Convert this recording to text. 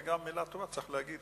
וגם מלה טובה, צריך להגיד